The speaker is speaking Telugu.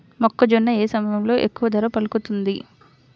మొక్కజొన్న ఏ సమయంలో ఎక్కువ ధర పలుకుతుంది?